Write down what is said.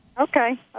Okay